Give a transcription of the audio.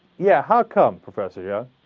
yeah ah com professor yeah